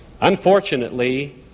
Unfortunately